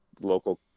local